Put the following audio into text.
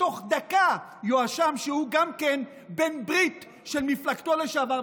שתוך דקה יואשם שגם הוא בעל ברית של מפלגתו לשעבר,